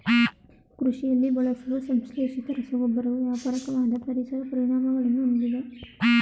ಕೃಷಿಯಲ್ಲಿ ಬಳಸುವ ಸಂಶ್ಲೇಷಿತ ರಸಗೊಬ್ಬರವು ವ್ಯಾಪಕವಾದ ಪರಿಸರ ಪರಿಣಾಮಗಳನ್ನು ಹೊಂದಿದೆ